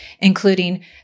including